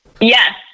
Yes